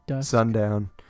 sundown